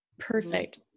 Perfect